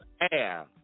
air